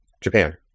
Japan